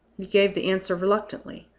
he gave the answer reluctantly,